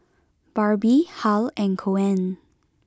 Barbie Hal and Coen